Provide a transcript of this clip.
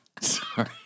Sorry